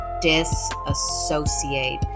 disassociate